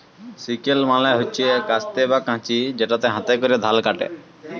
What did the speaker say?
sickle মালে হচ্যে কাস্তে বা কাঁচি যেটাতে হাতে ক্যরে ধাল কাটে